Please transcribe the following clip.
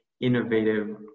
innovative